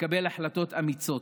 לקבל החלטות אמיצות.